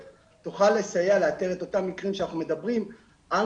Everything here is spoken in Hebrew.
תוכל לסייע לאתר את אותם מקרים שאנחנו מדברים עליהם,